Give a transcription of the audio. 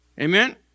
Amen